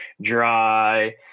dry